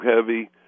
heavy